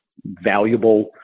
valuable